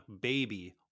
baby